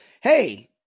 hey